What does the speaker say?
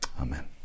Amen